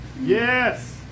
yes